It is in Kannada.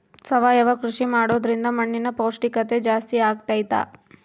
ಸಾವಯವ ಕೃಷಿ ಮಾಡೋದ್ರಿಂದ ಮಣ್ಣಿನ ಪೌಷ್ಠಿಕತೆ ಜಾಸ್ತಿ ಆಗ್ತೈತಾ?